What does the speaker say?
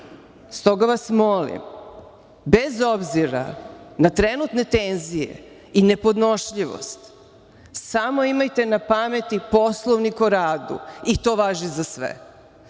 Stoga vas molim, bez obzira na trenutne tenzije i nepodnošljivost, samo imajte na pameti Poslovnik o radu, i to važi za